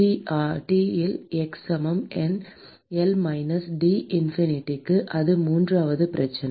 h ஆல் T இல் x சமம் எல் மைனஸ் டி இன்ஃபினிட்டிக்கு அது மூன்றாவது பிரச்சனை